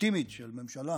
הלגיטימית של ממשלה